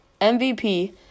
MVP